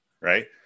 Right